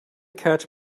catch